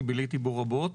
שביליתי בו רבות.